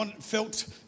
felt